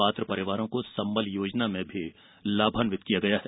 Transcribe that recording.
पात्र परिवारों को संबल योजना में भी लाभान्वित किया गया है